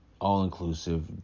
all-inclusive